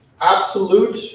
absolute